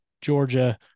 Georgia